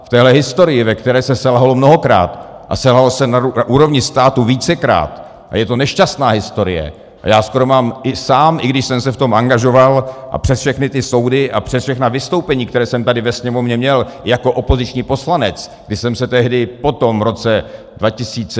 V téhle historii, ve které se selhalo mnohokrát a selhalo se na úrovni státu vícekrát, a je to nešťastná historie, a skoro mám i sám, i když jsem se v tom angažoval, a přes všechny ty soudy a přes všechna vystoupení, která jsem tady ve Sněmovně měl jako opoziční poslanec, když jsem se tehdy potom v roce dva tisíce...